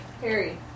Harry